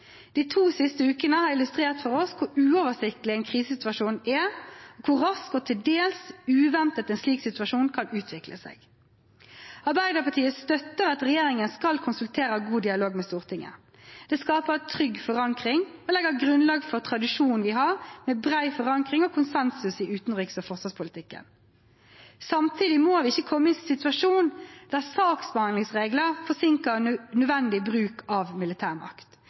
De to siste ukene har illustrert for oss hvor uoversiktlig en krisesituasjon er, og hvor raskt og til dels uventet en slik situasjon kan utvikle seg. Arbeiderpartiet støtter at regjeringen skal konsultere og ha god dialog med Stortinget. Det skaper trygg forankring og legger grunnlag for tradisjonen vi har, med bred forankring og konsensus i utenriks- og forsvarspolitikken. Samtidig må vi ikke komme i en situasjon der saksbehandlingsregler forsinker nødvendig bruk av militærmakt.